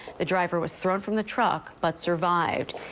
the driver was thrown from the truck but survived.